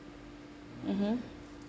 mmhmm